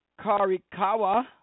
Karikawa